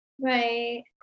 Right